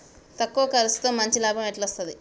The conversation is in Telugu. తక్కువ కర్సుతో మంచి లాభం ఎట్ల అస్తది?